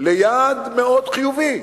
ליעד מאוד חיובי,